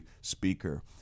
speaker